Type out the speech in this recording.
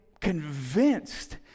convinced